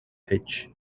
hitch